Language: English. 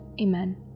Amen